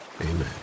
amen